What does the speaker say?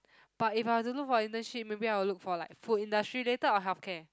but if I do look for internship maybe I'll look for like food industry related or health care